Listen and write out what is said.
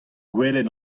gwelet